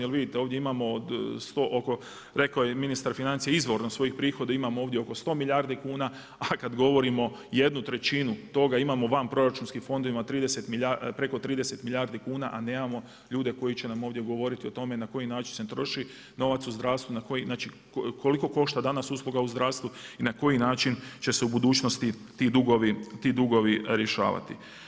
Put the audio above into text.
Jer vidite ovdje imamo 100, oko, rekao je ministar financija, izvorno svojih prihoda imamo ovdje oko 100 milijardi kuna a kada govorimo jednu trećinu toga imamo vanproračunskih fondovima preko 30 milijardi kuna a nemamo ljude koji će nam ovdje govoriti o tome na koji način se troši novac u zdravstvu, na koji, znači koliko košta danas usluga u zdravstvu i na koji način će se u budućnosti ti dugovi rješavati.